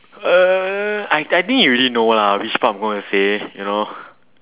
uh I I think you already know lah which part I am going to say you know